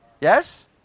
Yes